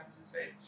say